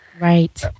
Right